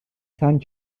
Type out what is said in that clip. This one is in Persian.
چند